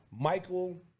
Michael